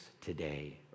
today